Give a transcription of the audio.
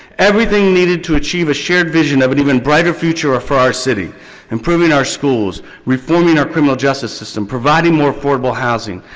needed to achieve a shared vision of an even brighter future ah for our city improving our schools, reforming our criminal justice system, providing more affordable housing,